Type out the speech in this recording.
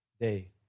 day